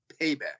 Payback